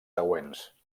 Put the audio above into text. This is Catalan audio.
següents